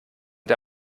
der